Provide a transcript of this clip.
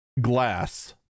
glass